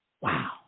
wow